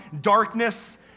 darkness